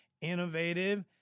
innovative